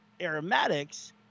aromatics